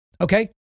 okay